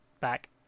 back